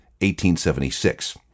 1876